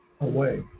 Away